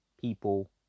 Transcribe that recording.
people